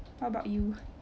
how about you